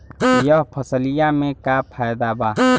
यह फसलिया में का फायदा बा?